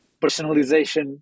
personalization